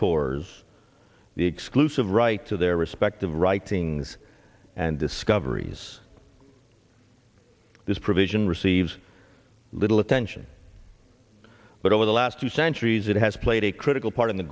tours the exclusive right to their respective writings and discoveries this provision receives little attention but over the last two centuries it has played a critical part in the